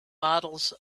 models